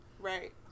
right